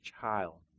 child